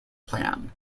plan